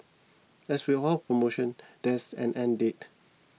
as with all promotions there is an end date